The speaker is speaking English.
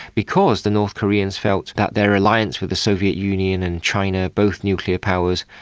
because the north koreans felt that their alliance with the soviet union and china, both nuclear powers,